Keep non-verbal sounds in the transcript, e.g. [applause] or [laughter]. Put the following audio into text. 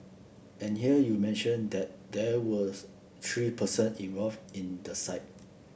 and here you mention that there were [unintelligible] three person involved in the site